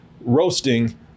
roasting